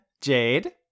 Jade